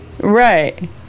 right